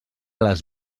les